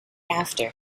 after